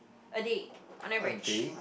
ready on average